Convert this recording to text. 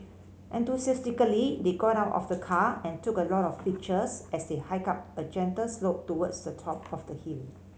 enthusiastically they got out of the car and took a lot of pictures as they hiked up a gentle slope towards the top of the hill